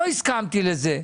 אבל לא הסכמתי לזה.